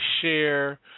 share